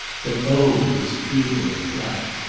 but, oh it was feeble and flat!